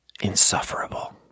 insufferable